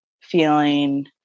feeling